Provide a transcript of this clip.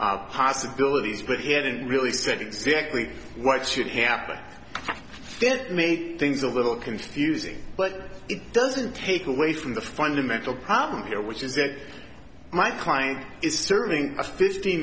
some possibilities but he hadn't really said exactly what should happen didn't make things a little confusing but it doesn't take away from the fundamental problem here which is that my client is serving a fifteen